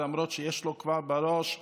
למרות שיש לו כבר בראש,